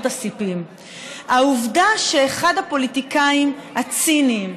הסיפים במינוי הזה: העובדה שאחד הפוליטיקאים הציניים,